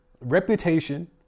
reputation